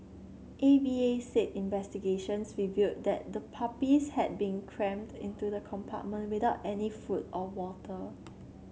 A V A said investigations revealed that the puppies had been crammed into the compartment without any food or water